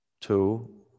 two